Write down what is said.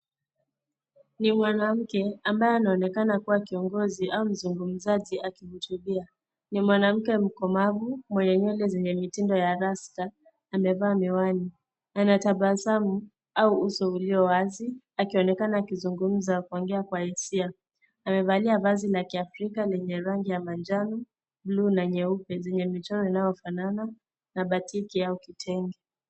Ni mwanamke ambaye anaonekana kuwa kiongozi au mzungumzaji akihutubia. Ni mwanamke mkomavu mwenye nywele zenye mtindo ya rasta, amevaa miwani. Anatabasamu au uso ulio wazi akionekana akizungumza akiwa na hisia, amevalia vazi la kiafrika lenye rangi ya manjano buluu na nyeupe zenye michoro inayo fanana na batiki au kitenge.